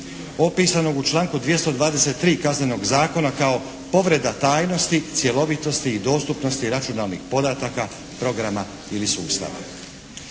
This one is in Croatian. opisanog u članku 223. Kaznenog zakona kao povreda tajnosti, cjelovitosti i dostupnosti računalnih podataka, programa ili sustava.